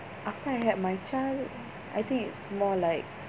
after I had my child I think it's more like